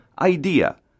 idea